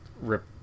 rip